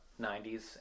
90s